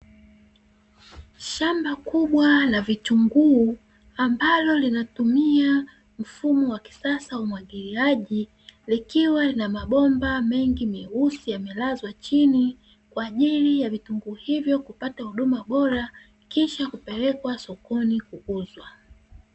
Shamba kubwa la vitunguu, ambalo linatumia mfumo wa kisasa wa umwagiliaji, likiwa lina mabomba mengi meusi yamelazwa chini, kwa ajili ya vitunguu hivyo kupata huduma bora, kisha kupelekwa sokoni kuuzwa.